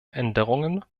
änderungen